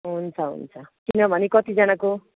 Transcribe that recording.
हुन्छ हुन्छ किनभने कतिजनाको